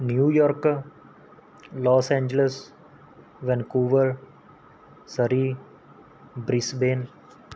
New York Los Angeles Vancouver Surrey Brisbane